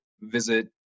visit